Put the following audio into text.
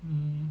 um